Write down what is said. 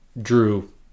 drew